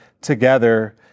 together